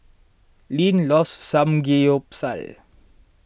Linn loves Samgeyopsal